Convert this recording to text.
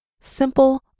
simple